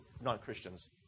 non-Christians